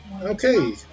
Okay